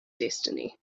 destiny